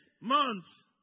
months